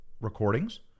recordings